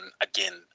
again